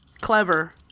clever